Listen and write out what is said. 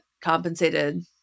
compensated